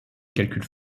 calcul